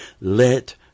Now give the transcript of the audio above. let